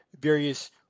various